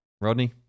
Rodney